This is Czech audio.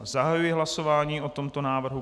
Zahajuji hlasování o tomto návrhu.